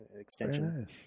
extension